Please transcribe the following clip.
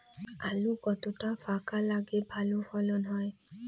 আলু কতটা ফাঁকা লাগে ভালো ফলন হয়?